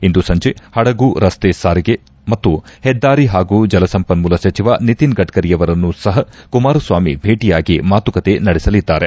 ಇಂದು ಸಂಜೆ ಪಡಗು ರಸ್ತೆ ಸಾರಿಗೆ ಮತ್ತು ಹೆದ್ದಾರಿ ಹಾಗೂ ಜಲಸಂಪನ್ನೂಲ ಸಚಿವ ನಿತಿನ್ ಗಢರಿಯವರನ್ನು ಸಪ ಕುಮಾರಸ್ವಾಮಿ ಭೇಟಿಯಾಗಿ ಮಾತುಕತೆ ನಡೆಸಲಿದ್ದಾರೆ